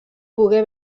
pogué